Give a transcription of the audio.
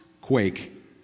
quake